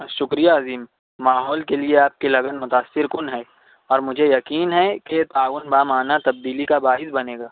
شکریہ عظیم ماحول کے لیے آپ کی لگن متاثر کن ہے اور مجھے یقین ہے کہ تعاون بامعنیٰ تبدیلی کا باعث بنے گا